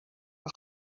par